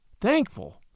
thankful